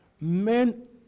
Men